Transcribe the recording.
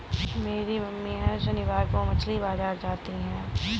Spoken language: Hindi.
मेरी मम्मी हर शनिवार को मछली बाजार जाती है